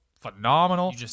Phenomenal